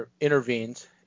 intervenes